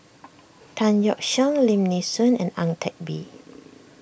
Tan Yeok Seong Lim Nee Soon and Ang Teck Bee